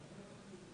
(ב)על אף האמור בסעיף 71(א)(8),